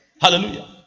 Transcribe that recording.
Hallelujah